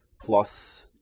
plus